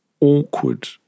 awkward